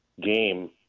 game